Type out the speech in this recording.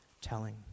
telling